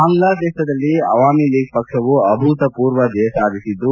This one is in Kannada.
ಬಾಂಗ್ಲಾದೇಶದಲ್ಲಿ ಅವಾಮಿ ಲೀಗ್ ಪಕ್ಷವು ಅಭೂತರೂರ್ವ ಜಯ ಸಾಧಿಸಿದ್ದು